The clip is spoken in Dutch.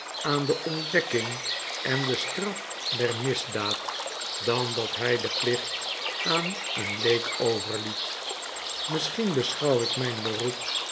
aan de ontdekking en de straf der misdaad dan dat hjj dien plicht aan een leek overliet misschien beschouw ik myn beroep